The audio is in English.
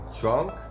Drunk